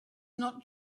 not